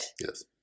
Yes